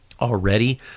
already